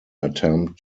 attempt